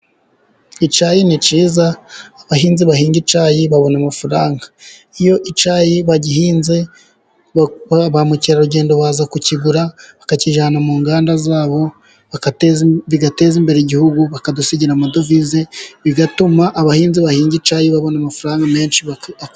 Icyayi ni cyiza. Abahinzi bahinga icyayi babona amafaranga. Iyo icyayi bagihinze, ba mukerarugendo baza kukigura bakakijyana mu nganda zabo, bigateza imbere igihugu. Bakadusigira amadovize bigatuma abahinzi bahinga icyayi babona amafaranga menshi.